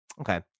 Okay